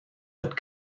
but